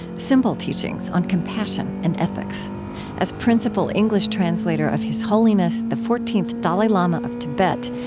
simple teachings on compassion and ethics as principal english translator of his holiness the fourteenth dalai lama of tibet,